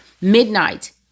midnight